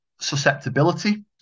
susceptibility